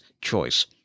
choice